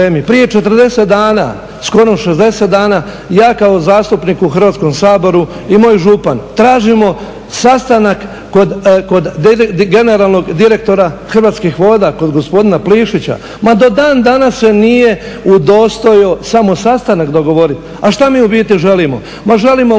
Prije 40 dana, skoro 60 dana ja kao zastupnik u Hrvatskom saboru i moj župan tražimo sastanak kod generalnog direktora Hrvatskih voda kod gospodina Plišića. Ma do dan danas se nije udostojio samo sastanak dogovoriti. A šta mi u biti želimo? Ma želimo mu reći